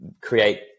create